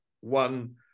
one